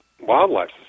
wildlife